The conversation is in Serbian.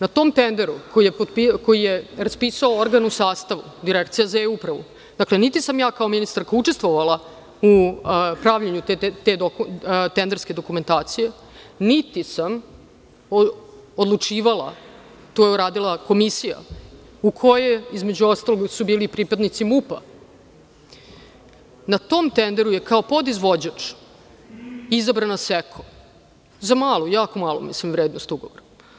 Na tom tenderu je, koji je raspisao organ u sastavu Direkcija za E-upravu, dakle, niti sam ja kao ministarka učestvovala u pravljenju te tenderske dokumentacije, niti sam odlučivala, to je uradila Komisija u kojoj su, između ostalog, bili i pripadnici MUP-a, kao podizvođač izabran „Asecco“ za jako malu vrednost ugovora.